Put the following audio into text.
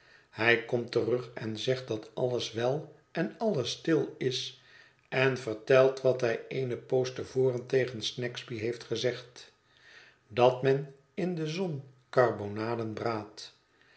hij komt terug en zegt dat alles wel en alles stil is en vertelt wat hij eene poos te voren tegen snagsby heeft gezegd dat men in de zon karbonaden braadt